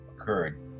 occurred